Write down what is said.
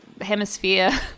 hemisphere